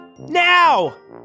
Now